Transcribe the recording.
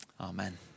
Amen